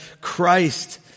Christ